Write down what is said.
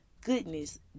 goodness